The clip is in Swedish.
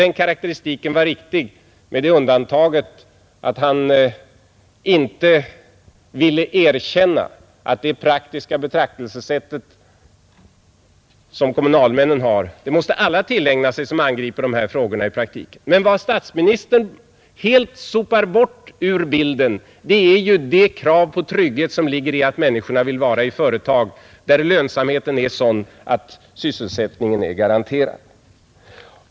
Hans karakteristik var riktig med undantag av att han inte ville erkänna att alla måste tillägna sig det praktiska betraktelsesätt som de kommunalmän har som angriper de här frågorna i verkligheten. Men vad statsministern helt sopar bort ur bilden är det krav på trygghet som ligger i att människorna vill arbeta i företag där lönsamheten är sådan att sysselsättningen är garanterad.